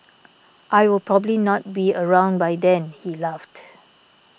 I will probably not be around by then he laughed